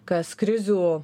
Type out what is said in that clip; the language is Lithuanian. kas krizių